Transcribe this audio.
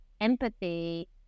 empathy